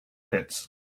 pits